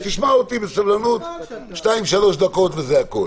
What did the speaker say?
שתשמע אותי בסבלנות במשך שתיים-שלוש דקות וזה הכול.